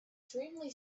extremely